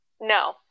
no